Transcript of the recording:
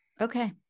Okay